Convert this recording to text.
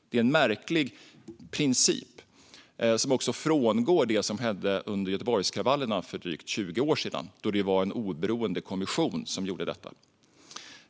Det är märkligt att man frångår den principen. Det frångår också det som hände efter Göteborgskravallerna för drygt 20 år sedan, då det var en oberoende kommission som gjorde granskningen.